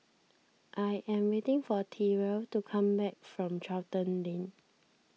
I am waiting for Terell to come back from Charlton Lane